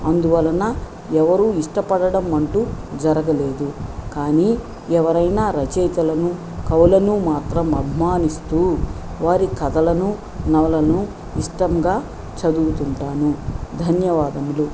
అందువలన ఎవరు ఇష్టపడడం అంటు జరగలేదు కానీ ఎవరైనా రచయితలను కవులను మాత్రం అభిమానిస్తూ వారి కథలను నవలలను ఇష్టంగా చదువుతుంటాను ధన్యవాదములు